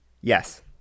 Yes